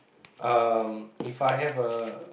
um If I have a